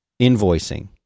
Invoicing